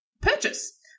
purchase